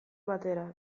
batera